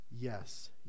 yes